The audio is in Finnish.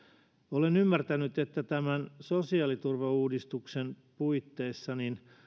olen ymmärtänyt että tämän sosiaaliturvauudistuksen puitteissa